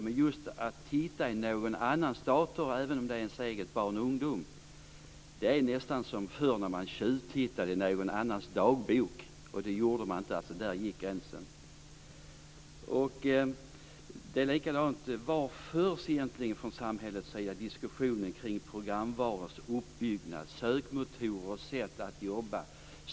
Men att titta i någons annan dator - även om det är ens eget barns - är nästan som förr när man tjuvtittade i någon annans dagbok. Men det gjorde man inte, för där gick gränsen. Var förs diskussionen i samhället kring frågor om uppbyggnad av programvaror och hur sökmotorer jobbar?